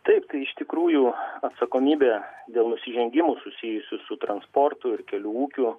taip tai iš tikrųjų atsakomybė dėl nusižengimų susijusių su transportu ir kelių ūkiu